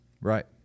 right